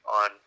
on